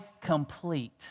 complete